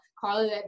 Carla